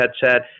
headset